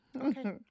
Okay